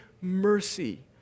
mercy